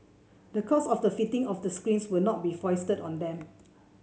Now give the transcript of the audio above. the cost of the fitting of the screens will not be foisted on them